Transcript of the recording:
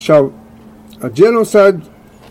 ‫עכשיו, הג'יינוסד...